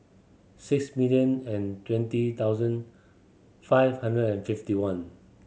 six million and twenty thousand five hundred and fifty one